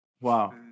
Wow